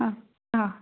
हा हा